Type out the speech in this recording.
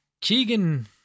Keegan